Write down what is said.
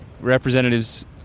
representatives